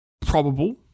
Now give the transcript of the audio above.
probable